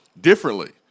differently